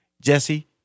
Jesse